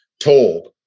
told